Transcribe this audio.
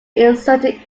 inserted